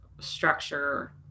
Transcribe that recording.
structure